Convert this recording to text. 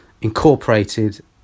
incorporated